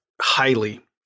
highly